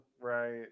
Right